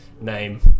name